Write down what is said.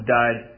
died